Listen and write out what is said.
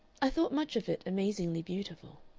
i thought much of it amazingly beautiful.